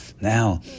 Now